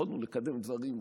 יכולנו לקדם דברים,